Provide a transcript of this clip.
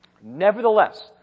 Nevertheless